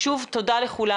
שוב, תודה לכולם.